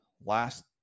last